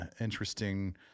interesting